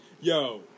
Yo